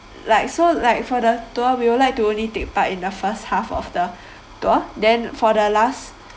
like so like for the tour we would like to only take part in the first half of the tour then for the last